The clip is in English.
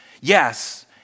Yes